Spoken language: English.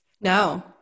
No